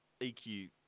EQ